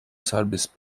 serbest